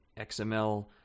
xml